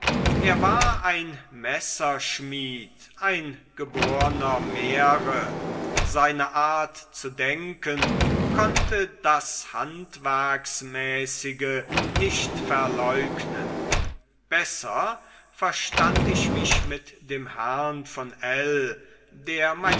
er war ein messerschmied ein geborener mähre seine art zu denken konnte das handwerksmäßige nicht verleugnen besser verstand ich mich mit dem herrn von l der